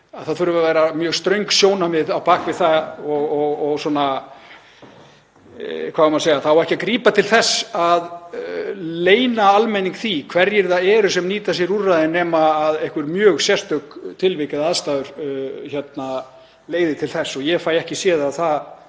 það þurfi að vera mjög ströng sjónarmið á bak við það. Það á ekki að grípa til þess að leyna almenning hverjir það eru sem nýta sér úrræðin nema einhver mjög sérstök tilvik eða aðstæður leiði til þess og ég fæ ekki séð að það